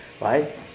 Right